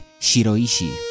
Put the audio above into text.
Shiroishi